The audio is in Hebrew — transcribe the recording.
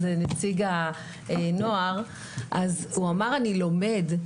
נציג הנוער החמוד אמר כאן: אני לומד.